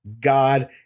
God